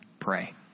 pray